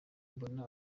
mbona